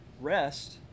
rest